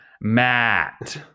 Matt